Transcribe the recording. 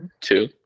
Two